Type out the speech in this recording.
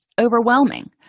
overwhelming